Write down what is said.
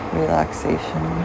relaxation